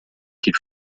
qu’il